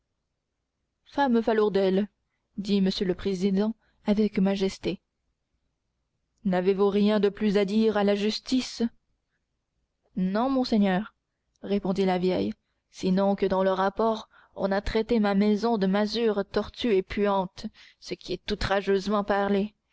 femme falourdel dit monsieur le président avec majesté n'avez-vous rien de plus à dire à la justice non monseigneur répondit la vieille sinon que dans le rapport on a traité ma maison de masure tortue et puante ce qui est outrageusement parler